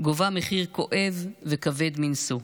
גובה מחיר כואב וכבד מנשוא.